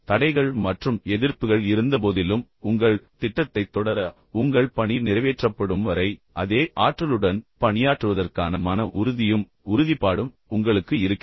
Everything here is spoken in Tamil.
தடைகள் மற்றும் எதிர்ப்புகள் இருந்தபோதிலும் உங்கள் திட்டத்தை தொடர உங்கள் பணி நிறைவேற்றப்படும் வரை அதே ஆற்றலுடன் பணியாற்றுவதற்கான மன உறுதியும் உறுதிப்பாடும் உங்களுக்கு இருக்கிறதா